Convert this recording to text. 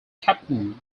captain